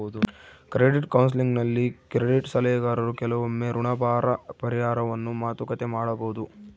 credit ಕೌನ್ಸೆಲಿಂಗ್ನಲ್ಲಿ credit ಸಲಹೆಗಾರರು ಕೆಲವೊಮ್ಮೆ ಋಣಭಾರ ಪರಿಹಾರವನ್ನು ಮಾತುಕತೆ ಮಾಡಬೊದು